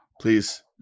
Please